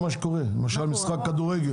משחק כדורגל,